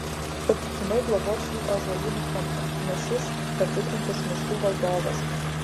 patikimai globos šį ąžuolynų kampą nes jis patikrintas miškų valdovas